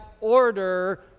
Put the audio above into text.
order